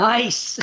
Nice